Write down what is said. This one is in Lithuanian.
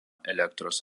elektros